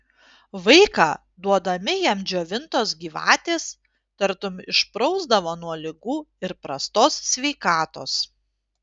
vaiką duodami jam džiovintos gyvatės tartum išprausdavo nuo ligų ir prastos sveikatos